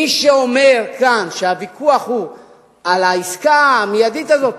מי שאומר כאן שהוויכוח הוא על העסקה המיידית הזאת,